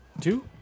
two